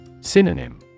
Synonym